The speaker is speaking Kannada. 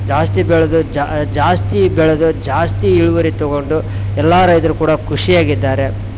ಜಾಸ್ತಿ ಬೆಳೆದು ಜಾಸ್ತಿ ಬೆಳೆದು ಜಾಸ್ತಿ ಇಳುವರಿ ತಗೊಂಡು ಎಲ್ಲ ರೈತ್ರು ಕೂಡ ಖುಷಿಯಾಗಿ ಇದ್ದಾರೆ